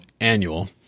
annual